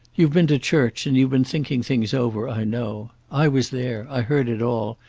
you've been to church, and you've been thinking things over, i know. i was there. i heard it all,